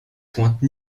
pointe